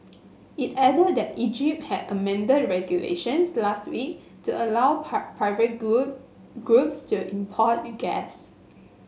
it added that Egypt had amended regulations last week to allow private groups to import gas